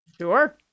Sure